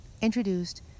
introduced